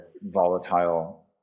volatile